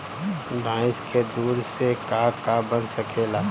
भइस के दूध से का का बन सकेला?